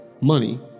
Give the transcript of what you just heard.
money